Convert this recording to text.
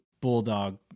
bulldog